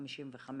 ב-13:55